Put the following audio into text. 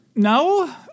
No